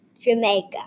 Jamaica